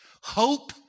Hope